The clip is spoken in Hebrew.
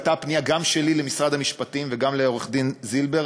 הייתה הפנייה גם שלי למשרד המשפטים וגם לעורכת-דין זילבר,